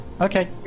okay